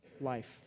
life